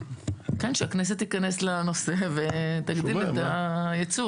כן, שהכנסת תיכנס לנושא ותגדיל את הייצור.